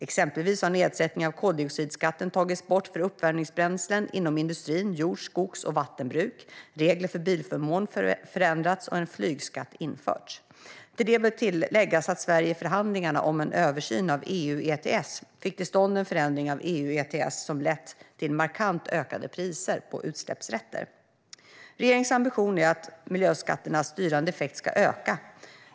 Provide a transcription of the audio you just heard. Exempelvis har nedsättningen av koldioxidskatten tagits bort för uppvärmningsbränslen inom industrin och inom jord, skogs och vattenbruk, regler för bilförmån har förändrats och en flygskatt införts. Till det bör läggas att Sverige i förhandlingarna om en översyn av EU ETS fick till stånd en förändring av EU ETS som lett till markant ökade priser på utsläppsrätter. Regeringens ambition är att miljöskatternas styrande effekt ska öka.